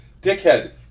Dickhead